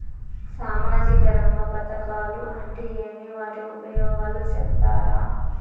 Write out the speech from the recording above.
సామాజిక రంగ పథకాలు అంటే ఏమి? వాటి ఉపయోగాలు సెప్తారా?